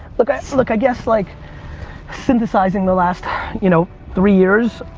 look i so look i guess like synthesizing the last you know three years,